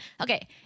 Okay